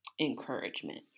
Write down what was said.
encouragement